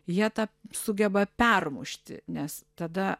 jie tą sugeba permušti nes tada